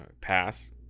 pass